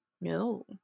No